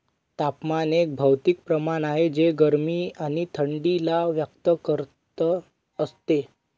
तापमान एक भौतिक प्रमाण आहे जे गरमी आणि थंडी ला व्यक्त करत असते